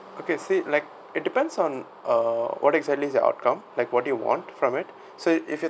okay see like it depends on uh what exactly is your outcome like what do you want from it so if you